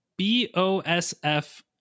BOSF